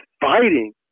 fighting